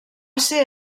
ser